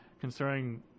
concerning